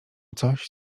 coś